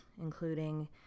including